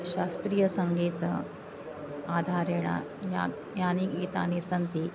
शास्त्रीयसङ्गीत आधारेण या यानि गीतानि सन्ति